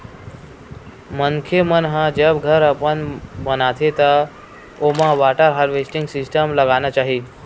मनखे मन ह जब घर अपन बनाथे त ओमा वाटर हारवेस्टिंग सिस्टम लगाना चाही